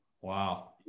wow